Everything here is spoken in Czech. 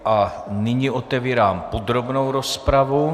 A nyní otevírám podrobnou rozpravu.